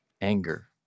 anger